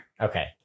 Okay